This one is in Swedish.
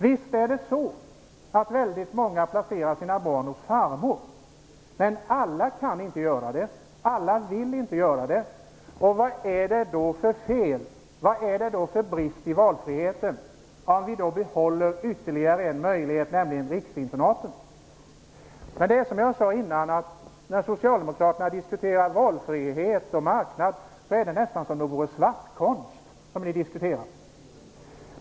Visst är det väldigt många som placerar sina barn hos farmor, men alla kan inte göra det och alla vill inte göra det. Vad är det då för brist i valfriheten om vi då behåller ytterligare en möjlighet, nämligen riksinternaten. Men det är så, som jag tidigare sade, att när Socialdemokraterna diskuterar valfrihet och marknad är det nästan som om det vore svartkonst ni diskuterar.